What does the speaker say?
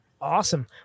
Awesome